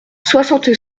soixante